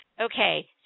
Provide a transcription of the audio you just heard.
Okay